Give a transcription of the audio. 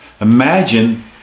Imagine